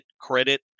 credit